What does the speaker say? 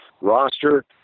roster